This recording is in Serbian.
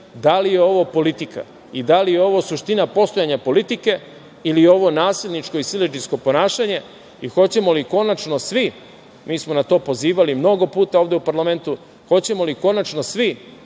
da li je ovo politika i da li je ovo suština postojanja politike, ili je ovo nasilničko i siledžijsko ponašanje? Hoćemo li konačno svi, mi smo na to pozivali mnogo puta u ovde u parlamentu, hoćemo li konačno svi,